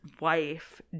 wife